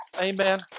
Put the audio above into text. Amen